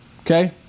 okay